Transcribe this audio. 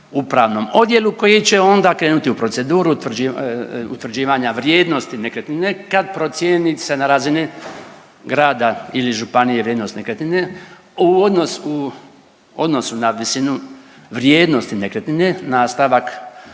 upravnom odjelu koji će onda krenuti u proceduru utvrđivanja vrijednosti nekretnine kad procjeni se na razine grada ili županije vrijednost nekretnine u odnosu na visinu vrijednosti nekretnine nastavak